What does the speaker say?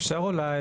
אפשר אולי,